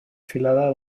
filada